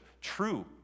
true